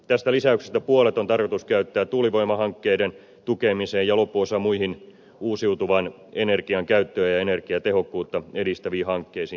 tästä lisäyksestä puolet on tarkoitus käyttää tuulivoimahankkeiden tukemiseen ja loppuosa muihin uusiutuvan energian käyttöä ja energiatehokkuutta edistäviin hankkeisiin